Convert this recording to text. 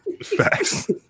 Facts